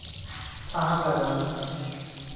ᱥᱟᱦᱟᱨ ᱞᱟᱜᱟᱣ ᱦᱩᱭᱩᱜ ᱠᱟᱱᱟ